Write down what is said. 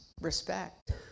respect